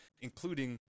including